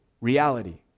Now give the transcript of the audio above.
reality